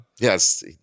Yes